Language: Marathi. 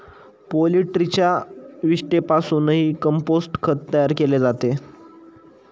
पोल्ट्रीच्या विष्ठेपासूनही कंपोस्ट खत तयार केले जाते